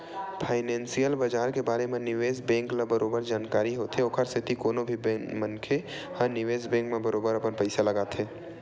financial बजार के बारे म निवेस बेंक ल बरोबर जानकारी होथे ओखर सेती कोनो भी मनखे ह निवेस बेंक म बरोबर अपन पइसा लगाथे